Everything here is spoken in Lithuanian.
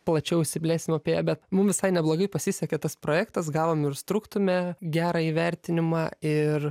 plačiau išsiplėsim apie ją bet mum visai neblogai pasisekė tas projektas gavom ir struktume gerą įvertinimą ir